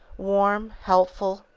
warm, helpful,